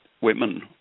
women